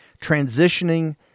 transitioning